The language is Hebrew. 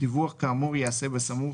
דיווח כאמור ייעשה בסמוך,